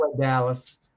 Dallas